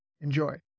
Enjoy